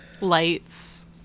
lights